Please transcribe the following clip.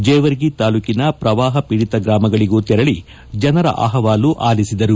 ಜೇವರ್ಗಿ ತಾಲೂಕಿನ ಪ್ರವಾಹ ಪೀಡಿತ ಗ್ರಾಮಗಳಗೂ ತೆರಳಿ ಜನರ ಅಹವಾಲು ಅಲಿಸಿದರು